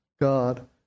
God